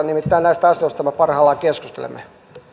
nimittäin näistä asioista me parhaillaan keskustelemme